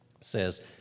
says